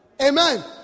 Amen